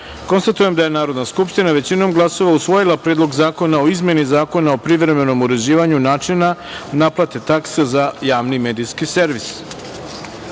dvoje. Konstatujem da je Narodna skupština većinom glasova usvojila Predlog zakona o izmeni Zakona o privremenom uređivanju načina naplate takse za javni medijski